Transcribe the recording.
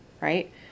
right